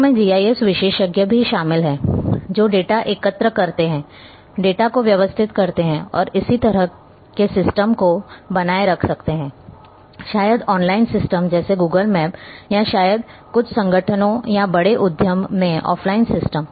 लोगों में जीआईएस विशेषज्ञ भी शामिल हैं जो डेटा एकत्र करते हैं डेटा को व्यवस्थित करते हैं और इस तरह के सिस्टम को बनाए रख सकते हैं शायद ऑनलाइन सिस्टम जैसे गूगल मैप या शायद कुछ संगठनों या बड़े उद्यम में ऑफ़लाइन सिस्टम